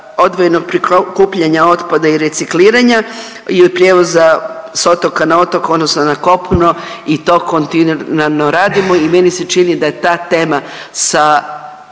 odvojenog prikupljanja otpada i recikliranja i prijevoza s otoka na otok odnosno na kopno i to kontinuirano radimo i meni se čini da ta tema sa